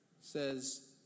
says